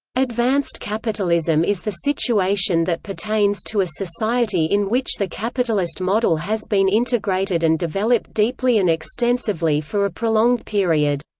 advanced capitalism is the situation that pertains to a society in which the capitalist model has been integrated and developed deeply and extensively for a prolonged period.